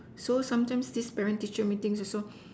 so sometimes this parent teacher meeting also